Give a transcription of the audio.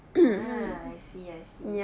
ah I see I see